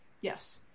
Yes